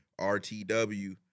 RTW